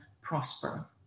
prosper